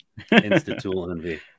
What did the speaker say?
Insta-tool-envy